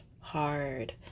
hard